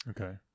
Okay